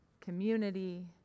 community